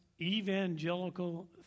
evangelical